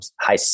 high